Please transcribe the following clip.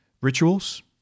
rituals